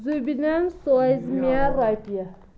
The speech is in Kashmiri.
زُبیٖنَن سوزِ مےٚ رۄپیہِ